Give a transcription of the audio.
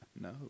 no